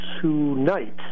tonight